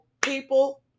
people